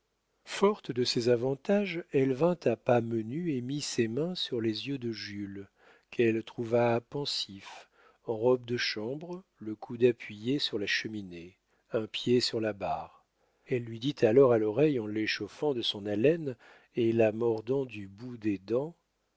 forte de ses avantages elle vint à pas menus et mit ses mains sur les yeux de jules qu'elle trouva pensif en robe de chambre le coude appuyé sur la cheminée un pied sur la barre elle lui dit alors à l'oreille en l'échauffant de son haleine et la mordant du bout des dents